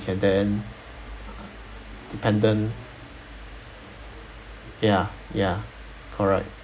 and then dependent ya ya correct